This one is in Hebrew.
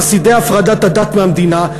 חסידי הפרדת הדת מהמדינה,